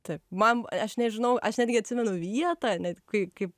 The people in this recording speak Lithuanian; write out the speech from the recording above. taip man aš nežinau aš netgi atsimenu vietą net kai kaip